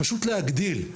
פשוט להגדיל.